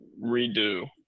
redo